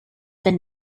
been